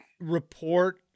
Report